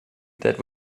that